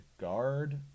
guard